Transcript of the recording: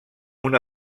una